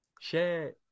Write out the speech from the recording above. share